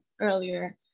earlier